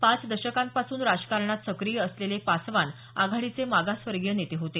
पाच दशकांपासून राजकारणात सक्रीय असलेले पासवान आघाडीचे मागासवर्गीय नेते होते